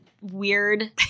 weird